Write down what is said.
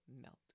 melt